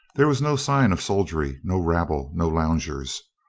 there was no sign of soldiery, no rabble, no loungers.